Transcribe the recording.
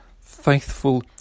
faithful